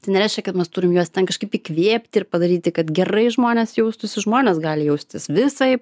tai nereiškia kad mes turim juos ten kažkaip įkvėpti ir padaryti kad gerai žmonės jaustųsi žmonės gali jaustis visai